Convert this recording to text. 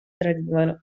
tradivano